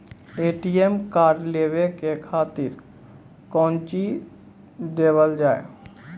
ATM card लेवे के खातिर कौंची देवल जाए?